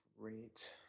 great